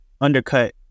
undercut